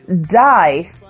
die